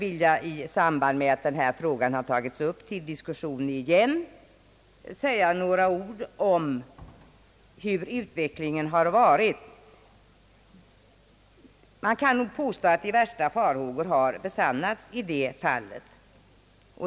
I samband med att denna fråga åter tagits upp till diskussion skulle jag vilja säga några ord om utvecklingen på detta område. Man kan påstå att de värsta farhågorna besannats i detta fall.